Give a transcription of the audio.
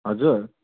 हजुर